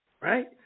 Right